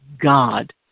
God